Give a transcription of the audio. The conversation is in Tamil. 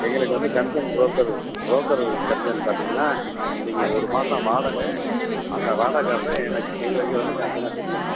எங்களுக்கு வந்து கமிஷன் புரோக்கர் புரோக்கர் கமிஷன் பார்த்தீங்கன்னா நீங்சைகள் ஒரு மாசம் வாடகை அந்த வாடகை காசை எனக்கு எங்களுக்கு வந்து கமிஷனாக கொடுத்தர்ணும்